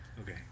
okay